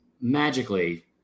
magically